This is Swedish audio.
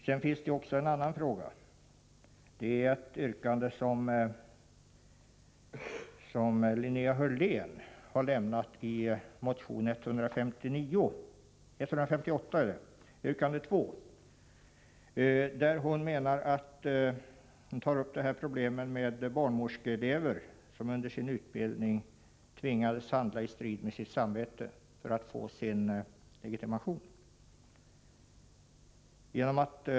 Linnea Hörlén har gjort ett yrkande i motion 158, yrkande 2, där hon tar upp problemet med barnmorskeeleverna som under sin utbildning tvingades handla i strid med sitt samvete för att få sin legitimation.